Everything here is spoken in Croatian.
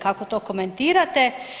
Kako to komentirate?